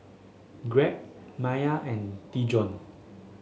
Gregg Maia and Dijon